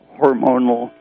hormonal